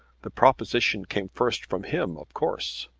the proposition came first from him, of course.